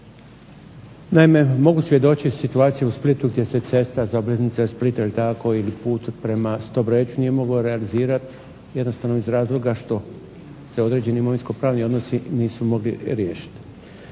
Naime, mogu svjedočit situacija u Splitu gdje se cesta zaobilaznica Splita ili put prema Stobreču nije mogao realizirati jednostavno iz razloga što se određeni imovinskopravni odnosi nisu mogli riješiti.